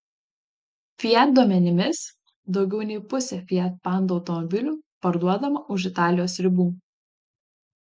fiat duomenimis daugiau nei pusė fiat panda automobilių parduodama už italijos ribų